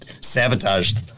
sabotaged